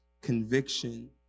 Conviction